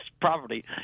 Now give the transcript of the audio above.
property